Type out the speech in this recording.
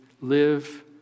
live